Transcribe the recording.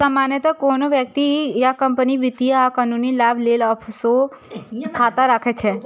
सामान्यतः कोनो व्यक्ति या कंपनी वित्तीय आ कानूनी लाभ लेल ऑफसोर खाता राखै छै